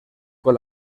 con